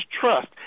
trust